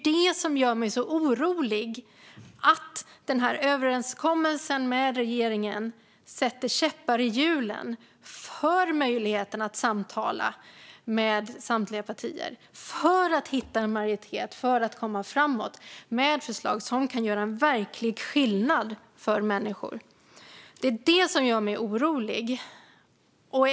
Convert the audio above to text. Det gör mig orolig för att den här överenskommelsen med regeringen sätter käppar i hjulen för möjligheten att samtala med samtliga partier för att hitta en majoritet och komma framåt med förslag som kan göra verklig skillnad för människor. Det är det som gör mig orolig.